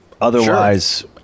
otherwise